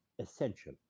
essential